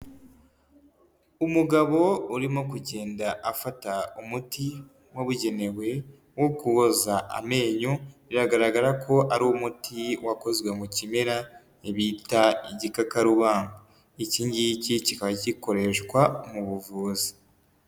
Umugabo urimo kugenda afata umuti wabugenewe, wo koza amenyo, biragaragara ko ari umuti wakozwe mu kimera bita "igikakarubamba". Iki ngiki kikaba gikoreshwa mu buvuzi.